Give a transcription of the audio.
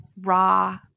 raw